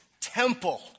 temple